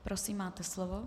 Prosím, máte slovo.